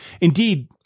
Indeed